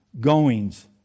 goings